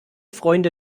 freunde